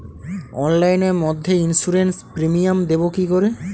অনলাইনে মধ্যে insurance premium দেবো কি করে?